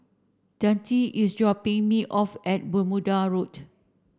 Dante is dropping me off at Bermuda Road